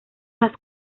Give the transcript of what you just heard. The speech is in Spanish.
las